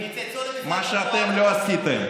מה שאתם לא עשיתם.